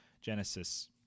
Genesis